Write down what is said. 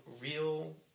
real